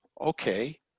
okay